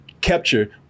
capture